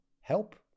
help